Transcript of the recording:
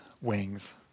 wings